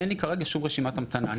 אין לי כרגע שום רשימת המתנה".